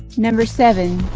number seven